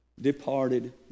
departed